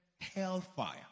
hellfire